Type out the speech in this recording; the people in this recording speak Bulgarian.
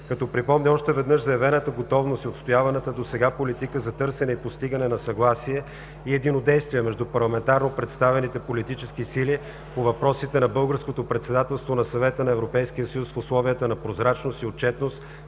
Като припомня още веднъж заявената готовност и отстояваната досега политика за търсене и постигане на съгласие и единодействие между парламентарно представените политически сили по въпросите на българското председателство на Съвета на Европейския съюз в условия на прозрачност и отчетност